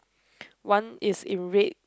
one is in red